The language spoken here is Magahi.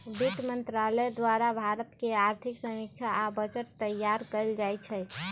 वित्त मंत्रालय द्वारे भारत के आर्थिक समीक्षा आ बजट तइयार कएल जाइ छइ